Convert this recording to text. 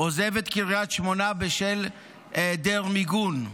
עוזב את קריית שמונה בשל היעדר מיגון.